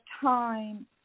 time